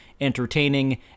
entertaining